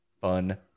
fun